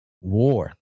war